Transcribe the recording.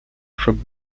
choque